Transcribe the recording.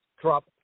Trump